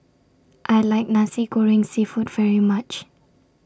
I like Nasi Goreng Seafood very much